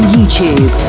YouTube